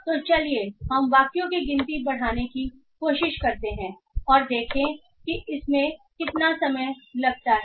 तो चलिए हम वाक्यों की गिनती बढ़ाने की कोशिश करते हैं और देखें कि इसमें कितना समय लगता है